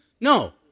No